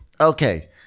Okay